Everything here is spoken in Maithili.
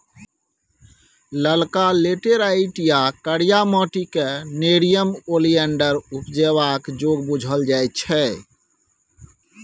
ललका लेटैराइट या करिया माटि क़ेँ नेरियम ओलिएंडर उपजेबाक जोग बुझल जाइ छै